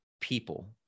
people